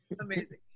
Amazing